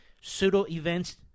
Pseudo-events